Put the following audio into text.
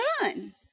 done